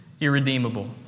irredeemable